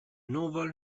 núvol